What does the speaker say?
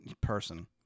person